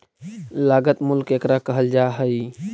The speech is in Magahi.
लागत मूल्य केकरा कहल जा हइ?